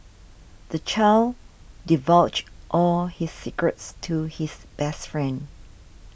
the child divulged all his secrets to his best friend